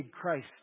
Christ